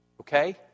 Okay